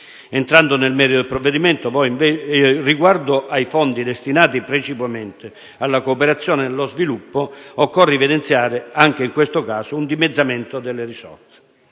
Entrando nel merito del provvedimento, riguardo ai fondi destinati precipuamente alla cooperazione e allo sviluppo, occorre evidenziare, anche in questo caso, un dimezzamento delle risorse.